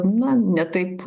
na ne taip